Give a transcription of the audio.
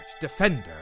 defender